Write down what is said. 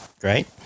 Great